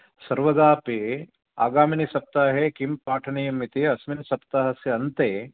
सर्वदा अपि आगामिनि सप्ताहे किं पाठनीयम् इति अस्मिन् सप्ताहस्य अन्ते